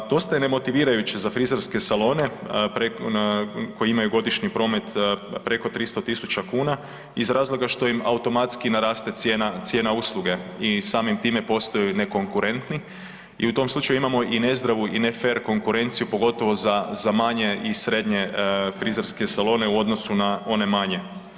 Dosta je ne motivirajuće za frizerske salone koji imaju godišnji promet preko 300 000 kn iz razloga što im automatski naraste cijena usluge i samim time postaju nekonkurentni i u tom slučaju imamo i nezdravu i ne fer konkurenciju pogotovo za manje i srednje frizerske salone u odnosu na one manje.